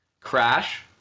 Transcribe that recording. Crash